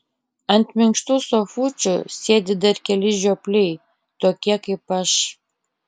ant minkštų sofučių sėdi dar keli žiopliai tokie kaip aš